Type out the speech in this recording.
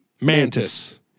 Mantis